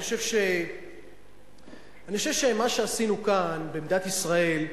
אני חושב שמה שעשינו כאן במדינת ישראל,